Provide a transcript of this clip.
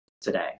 today